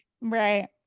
Right